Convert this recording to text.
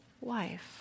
wife